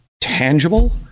tangible